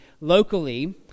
locally